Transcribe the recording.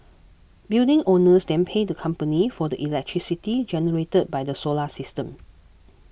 building owners then pay the company for the electricity generated by the solar system